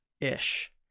ish